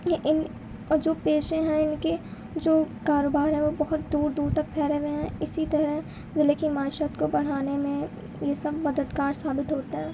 یہ ان جو پیشے ہیں ان کے جو کاروبار ہے وہ بہت دور دور تک پھیلے ہوئے ہیں اسی طرح ضلعے کی معاشرت کو بڑھانے میں یہ سب مددگار ثابت ہوتا ہے